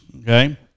okay